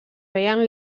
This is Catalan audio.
feien